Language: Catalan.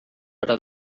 però